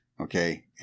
okay